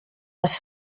les